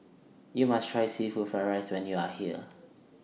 YOU must Try Seafood Fried Rice when YOU Are here